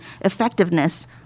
effectiveness